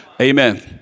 Amen